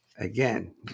Again